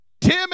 Tim